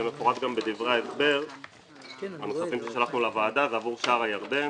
מפורט גם בדברי ההסבר הנוספים ששלחנו לוועדה ועבור פרויקט שער הירדן,